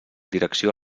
direcció